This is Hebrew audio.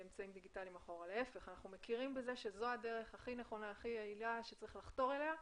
אנחנו מכירים בזה שזו הדרך הכי נכונה ויעילה שצריך לחתור אליה,